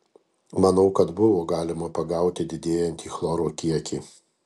manau kad buvo galima pagauti didėjantį chloro kiekį